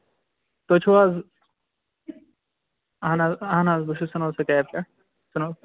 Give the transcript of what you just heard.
تُہۍ چھِو حظ اَہَن حظ اَہَن حظ بہٕ چھُس سٔنو سٔٹیپ پٮ۪ٹھ سٔنو